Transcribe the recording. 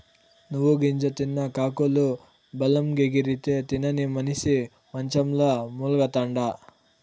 నువ్వు గింజ తిన్న కాకులు బలంగెగిరితే, తినని మనిసి మంచంల మూల్గతండా